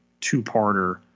two-parter